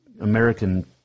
American